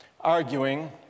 arguing